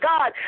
God